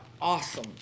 awesome